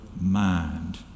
mind